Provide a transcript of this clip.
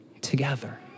together